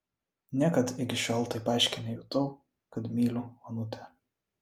niekad iki šiol taip aiškiai nejutau kad myliu onutę